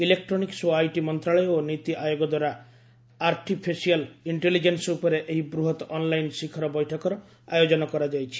electronics ଓ IT ମନ୍ତ୍ରଣାଳୟ ଓ ନୀତି ଆୟୋଗ ଦ୍ୱାରା ଆର୍ଟିପିସିଆର୍ ଇକ୍ଷେଲିଜେନ୍ବ ଉପରେ ଏହି ବୃହତ୍ ଅନ୍ଲାଇନ୍ ଶିଖର ବୈଠକର ଆୟୋଜନ କରାଯାଇଛି